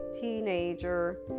teenager